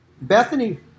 Bethany